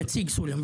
נציג סולם.